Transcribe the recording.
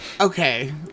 Okay